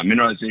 Mineralization